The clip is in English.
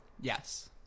Yes